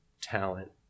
talent